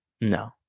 No